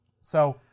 So-